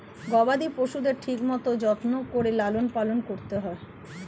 গবাদি পশুদের ঠিক মতন যত্ন করে লালন পালন করতে হয়